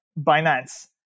Binance